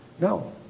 No